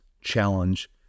challenge